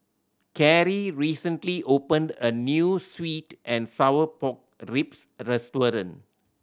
Cari recently opened a new sweet and sour pork ribs restaurant